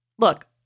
Look